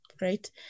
right